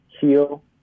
heal